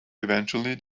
eventually